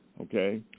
Okay